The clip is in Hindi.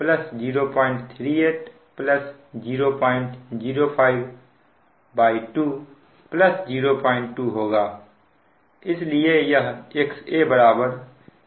इसलिए यह XA 064 प्राप्त होगा